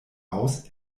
aus